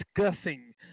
discussing